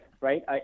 right